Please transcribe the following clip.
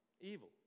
evil